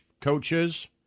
coaches